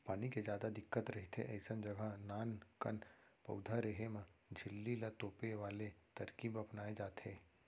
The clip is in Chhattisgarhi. पानी के जादा दिक्कत रहिथे अइसन जघा नानकन पउधा रेहे म झिल्ली ल तोपे वाले तरकीब अपनाए जाथे